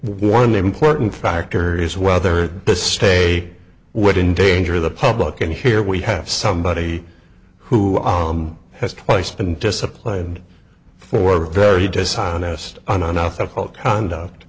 one important factor is whether the stay would endanger the public and here we have somebody who has twice been disciplined for a very dishonest on an ethical conduct